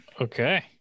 Okay